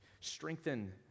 Strengthen